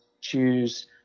choose